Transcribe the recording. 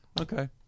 Okay